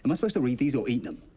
um supposed to read these or eat them?